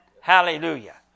Hallelujah